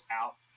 out